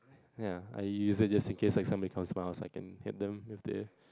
ya I used it just in case like somebody comes smile it's like in hit them with their